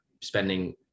spending